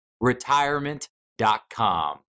retirement.com